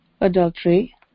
Adultery